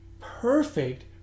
perfect